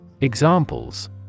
Examples